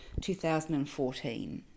2014